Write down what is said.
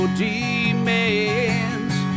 demands